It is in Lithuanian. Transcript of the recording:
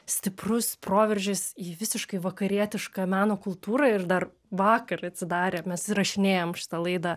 stiprus proveržis į visiškai vakarietišką meno kultūrą ir dar vakar atsidarė mes įrašinėjam šita laida